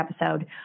episode